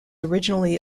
originally